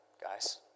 guys